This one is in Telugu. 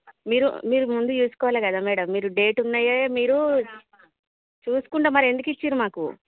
మీరు మీరు ముందు చూసుకోవాలి కదా మేడం మీరు డేట్ ఉన్నవే మీరు చూసుకుండా మరి ఎందుకు ఇచ్చినారు మాకు